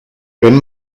wenn